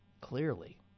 clearly